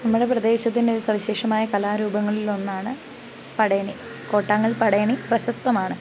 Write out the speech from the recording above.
നമ്മളുടെ പ്രദേശത്തിൻ്റെ ഒരു സവിശേഷമായ കലാരൂപങ്ങളിൽ ഒന്നാണ് പടയണി കോട്ടാങ്കൽ പടയണി പ്രശസ്തമാണ്